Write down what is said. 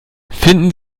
finden